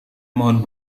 mohon